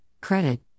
credit